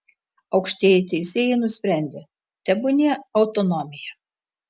aukštieji teisėjai nusprendė tebūnie autonomija